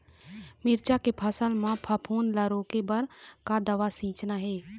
मिरचा के फसल म फफूंद ला रोके बर का दवा सींचना ये?